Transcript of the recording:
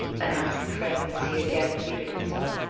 announced the friend as he again seated himself.